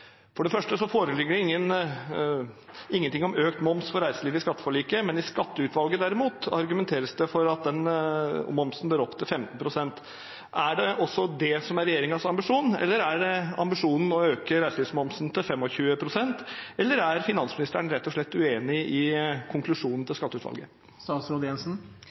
for reiselivet i skatteforliket, men i skatteutvalget, derimot, argumenteres det for at denne momsen bør opp til 15 pst. Er det også regjeringens ambisjon, eller er ambisjonen å øke reiselivsmomsen til 25 pst. – eller er finansministeren rett og slett uenig i konklusjonen til skatteutvalget?